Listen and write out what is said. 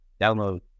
Download